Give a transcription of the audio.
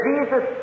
Jesus